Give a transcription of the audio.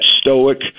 stoic